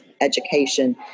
education